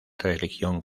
religión